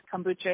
kombucha